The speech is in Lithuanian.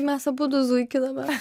mes abudu zuikinamės